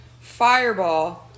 fireball